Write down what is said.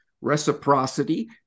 Reciprocity